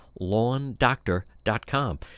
LawnDoctor.com